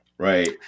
Right